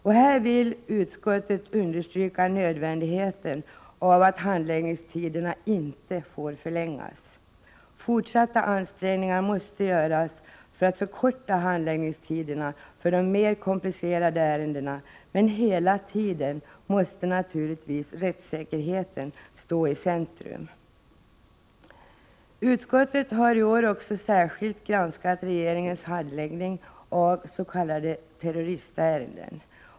Utskottet vill understryka nödvändigheten av att handläggningstiderna inte förlängs. Fortsatta ansträngningar måste göras för att förkorta handläggningstiderna för de mer komplicerade ärendena, men hela tiden måste naturligtvis rättssäkerheten stå i centrum. Utskottet har i år också särskilt granskat regeringens handläggning av s.k. terroristärenden.